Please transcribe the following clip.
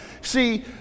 See